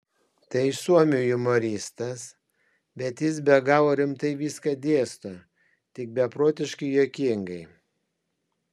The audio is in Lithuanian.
tai suomių humoristas bet jis be galo rimtai viską dėsto tik beprotiškai juokingai